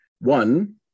One